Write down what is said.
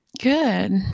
Good